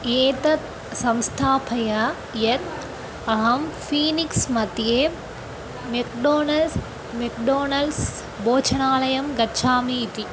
एतत् संस्थापय यत् अहं फ़ीनिक्स् मध्ये मेक्डोनल्स् मेक्डोनल्ड्स् भोजनालयं गच्छामि इति